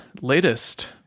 latest